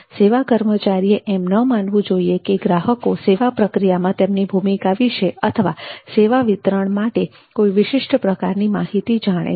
સેવા કર્મચારીએ એમ ન માનવું જોઈએ કે ગ્રાહકો સેવા પ્રક્રિયામાં તેમની ભૂમિકા વિશે અથવા સેવા વિતરણ માટે કોઈ વિશિષ્ટ પ્રકારની માહિતી જાણે છે